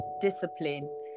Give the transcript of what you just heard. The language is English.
discipline